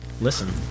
listen